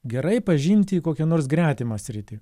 gerai pažinti kokią nors gretimą sritį